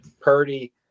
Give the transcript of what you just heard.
Purdy